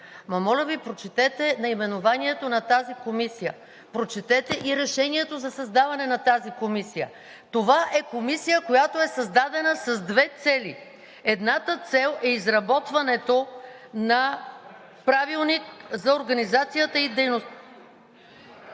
моля Ви, прочетете наименованието на тази комисия, прочетете и решението за създаване на тази комисия. Това е комисия, която е създадена с две цели: едната цел е изработването на Правилник за организацията и дейността